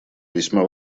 весьма